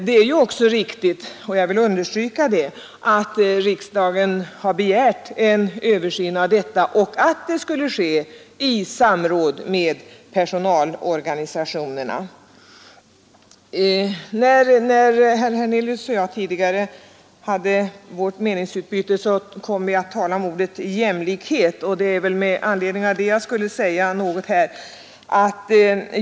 Det är också riktigt som statsrådet sagt — jag vill understryka det — att riksdagen har begärt en översyn av ordensväsendet och att den skulle ske i samråd med persohalorganisationerna. I vårt tidigare meningsutbyte kom herr Hernelius och jag att tala om ordet jämlikhet, och det var anledningen till att jag nu begärde ordet.